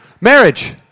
Marriage